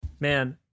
Man